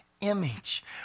image